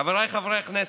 חבריי חברי הכנסת,